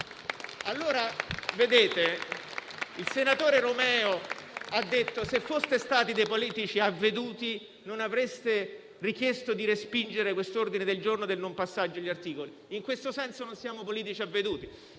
Il senatore Romeo ha detto: se foste dei politici avveduti, non avreste detto di respingere questa richiesta del non passaggio gli articoli. In questo senso, non siamo politici avveduti.